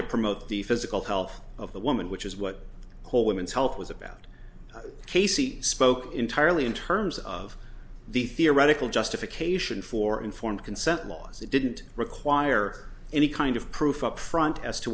to promote the physical health of the woman which is what the whole women's health was about casey spoke entirely in terms of the theoretical justification for informed consent laws it didn't require any kind of proof up front as to